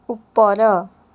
ଉପର